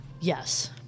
Yes